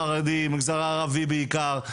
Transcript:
במגזר החרדי, במגזר הערבי בעיקר.